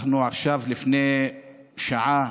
לפני שעה